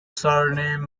surname